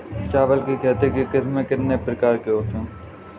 चावल की खेती की किस्में कितने प्रकार की होती हैं?